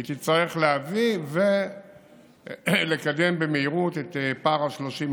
היא תצטרך להביא ולקדם במהירות את פער ה-30%.